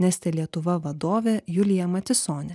neste lietuva vadovė julija matisonė